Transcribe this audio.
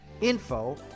info